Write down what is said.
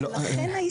ולכן האיסור הזה.